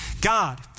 God